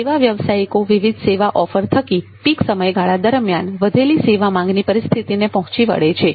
સેવા વ્યવસાયિકો વિવિધ સેવા ઓફર થકી પીક સમયગાળા દરમિયાન વધેલી સેવા માંગની પરિસ્થિતિને પહોંચી વળે છે